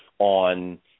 On